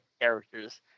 characters